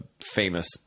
famous